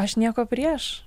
aš nieko prieš